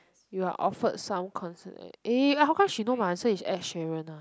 you are offered sound concert eh how come she know my answer is ed sheeran ah